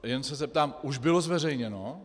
Jen se zeptám: Už bylo zveřejněno?